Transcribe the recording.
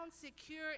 secure